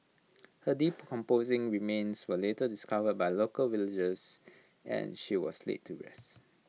her decomposing remains were later discovered by local villagers and she was laid to rest